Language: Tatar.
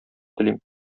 телим